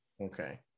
Okay